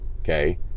Okay